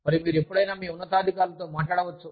మరియు మీరు ఎప్పుడైనా మీ ఉన్నతాధికారులతో మాట్లాడవచ్చు